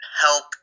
help